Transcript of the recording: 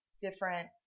different